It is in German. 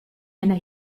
einer